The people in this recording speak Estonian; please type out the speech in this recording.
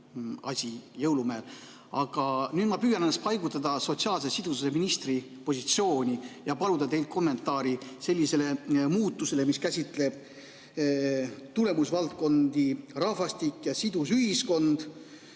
Jõulumäel. Aga nüüd ma püüan ennast paigutada sotsiaalse sidususe ministri positsiooni ja paluda teilt kommentaari sellisele muutusele, mis käsitleb tulemusvaldkondi "Rahvastik ja sidus ühiskond",